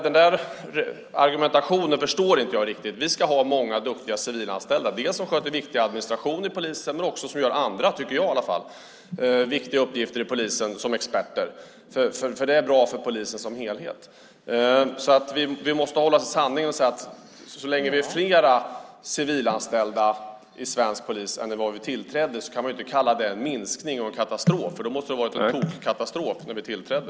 Den där argumentationen förstår jag inte riktigt. Vi ska ha många duktiga civilanställda som dels sköter viktig administration inom polisen, dels gör andra viktiga, tycker jag i alla fall, uppgifter inom polisen som experter. Det är bra för polisen som helhet. Vi måste hålla oss till sanningen. Så länge det är fler civilanställda inom svensk polis än när vi tillträdde kan man inte kalla det en minskning och en katastrof. Då måste det ha varit en tokkatastrof när vi tillträdde.